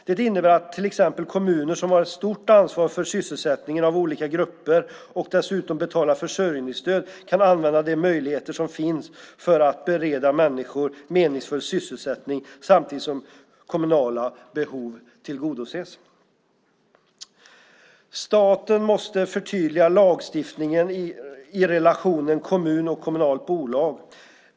Det innebär att till exempel kommuner som har ett stort ansvar för sysselsättningen av olika grupper och dessutom betalar försörjningsstöd kan använda de möjligheter som finns för att bereda människor meningsfull sysselsättning samtidigt som kommunala behov tillgodoses. Staten måste förtydliga lagstiftningen i relationen mellan kommuner och kommunala bolag.